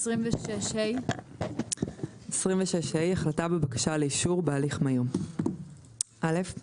26ה. החלטה בבקשה לאישור בהליך מהיר 26ה. (א)הגורם